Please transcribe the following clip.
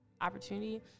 opportunity